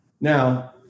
Now